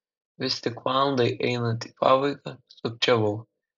vis tik valandai einant į pabaigą sukčiavau